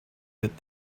that